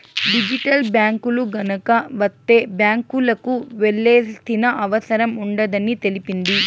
digital బ్యాంకులు గనక వత్తే బ్యాంకులకు వెళ్లాల్సిన అవసరం ఉండదని తెలిపింది